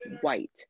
white